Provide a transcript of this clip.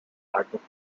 artwork